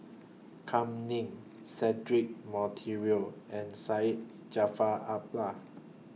Kam Ning Cedric Monteiro and Syed Jaafar Albar